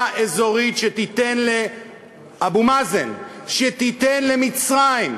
אזורית שתיתן לאבו מאזן, שתיתן למצרים,